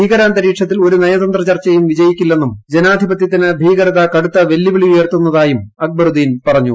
ഭീകരാന്തരീക്ഷത്തിൽ ഒരു നയതന്ത്ര ചർച്ചയും വിജയിക്കി്ല്ലെന്നും ജനാധിപത്യത്തിന് ഭീകരത കടുത്ത വെല്ലുവിളി ഉണർത്തുന്ന്തായും അക്ബറുദ്ദീൻ പറഞ്ഞു